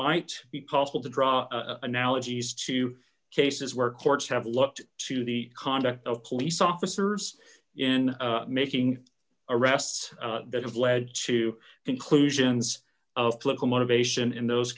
might be possible to draw analogies to cases where courts have looked to the conduct of police officers in making arrests that have led to conclusions of political motivation in those